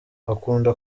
akunda